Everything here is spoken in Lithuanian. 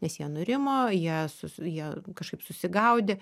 nes jie nurimo jie su su jie kažkaip susigaudė